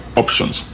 options